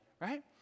right